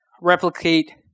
replicate